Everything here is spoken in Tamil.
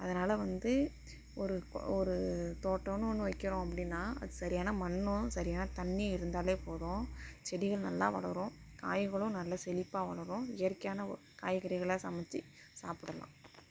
அதனால வந்து ஒரு ஒரு தோட்டம்னு ஒன்று வைக்கிறோம் அப்படின்னா அது சரியான மண்ணும் சரியான தண்ணியும் இருந்தாலே போதும் செடிகள் நல்லா வளரும் காய்களும் நல்ல செழிப்பாக வளரும் இயற்கையான காய்கறிகளாக சமைச்சி சாப்பிடலாம்